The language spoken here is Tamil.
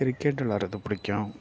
கிரிக்கெட் விளாடுறது பிடிக்கும்